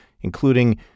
including